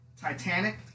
Titanic